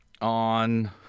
on